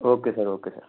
okay sir okay sir